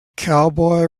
cowboy